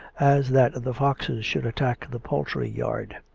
as that the foxes should at tack the poultry-yard.